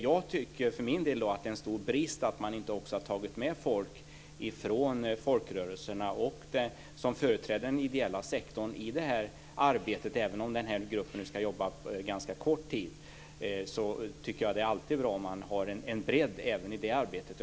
Jag för min del tycker dock att det är en stor brist att man inte har tagit med folk också från folkrörelserna och folk som företräder den ideella sektorn i det här arbetet. Även om gruppen ska jobba en ganska kort tid är det, tycker jag, bra att ha en bredd även i det arbetet.